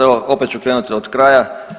Evo opet ću krenuti od kraja.